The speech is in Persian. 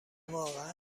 واقعا